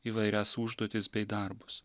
įvairias užduotis bei darbus